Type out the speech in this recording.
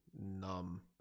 numb